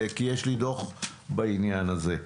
כי יש לי דוח בעניין הזה.